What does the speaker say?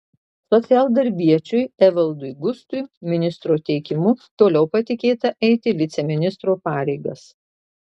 socialdarbiečiui evaldui gustui ministro teikimu toliau patikėta eiti viceministro pareigas